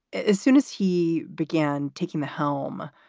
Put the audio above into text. as soon as he began taking the helm,